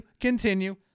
continue